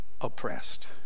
oppressed